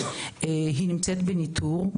היא נמצאת בניתור.